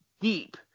deep